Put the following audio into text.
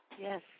Yes